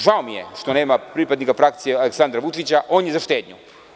Žao mi je što nema pripadnika frakcija Aleksandra Vučića, on je za štednju.